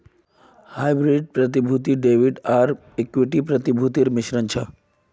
hybrid प्रतिभूति debit आर equity प्रतिभूतिर मिश्रण छ